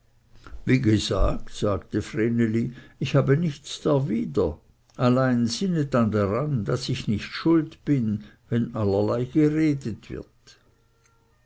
wie gesagt sagte vreneli ich habe nichts darwider allein sinnet dann daran daß ich nicht schuld bin wenn allerlei geredet wird